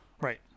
Right